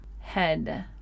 head